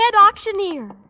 auctioneer